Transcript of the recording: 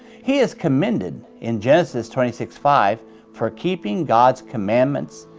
he is commended in genesis twenty six five for keeping god's commandments,